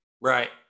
Right